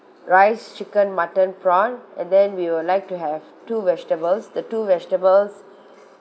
rice chicken mutton prawn and then we would like to have two vegetables the two vegetables